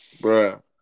Bro